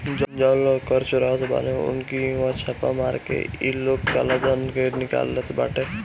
जवन लोग कर चोरावत बाने उनकी इहवा छापा मार के इ लोग काला धन के निकाल लेत बाटे